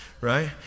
right